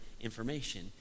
information